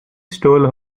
stole